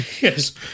Yes